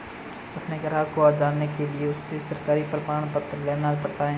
अपने ग्राहक को जानने के लिए उनसे सरकारी प्रमाण पत्र लेना पड़ता है